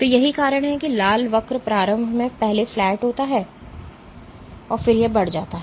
तो यही कारण है कि लाल वक्र प्रारंभ में पहले फ्लैट होता है और फिर यह बढ़ जाता है